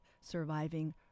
surviving